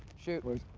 shoot!